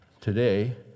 today